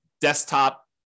desktop